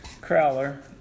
Crowler